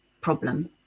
problem